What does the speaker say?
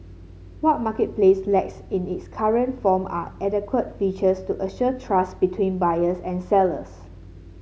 what Marketplace lacks in its current form are adequate features to assure trust between buyers and sellers